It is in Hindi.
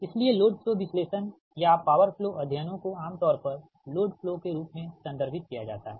इसलिए लोड फ्लो विश्लेषण या पावर फ्लो अध्ययनों को आमतौर पर लोड फ्लो के रूप में संदर्भित किया जाता है